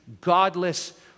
godless